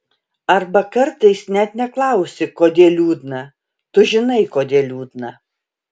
arba kartais net neklausi kodėl liūdna tu žinai kodėl liūdna